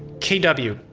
kw,